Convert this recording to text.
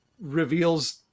reveals